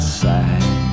side